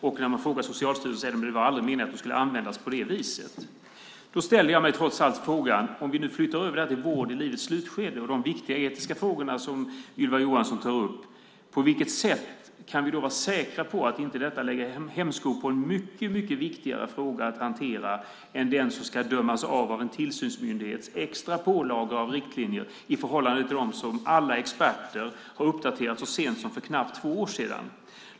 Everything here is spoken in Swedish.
Och när man frågar dem på Socialstyrelsen säger de: Det var aldrig meningen att de skulle användas på det viset. Då ställer jag mig trots allt frågan, om vi nu flyttar över det här till vård i livets slutskede och de viktiga etiska frågor som Ylva Johansson tar upp: På vilket sätt kan vi då vara säkra på att inte detta lägger en hämsko på en mycket viktigare fråga att hantera än den som ska avdömas av en tillsyndsmyndighets extra pålagor av riktlinjer i förhållande till dem som alla experter har uppdaterat så sent som för knappt två år sedan?